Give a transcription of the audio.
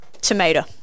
Tomato